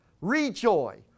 rejoice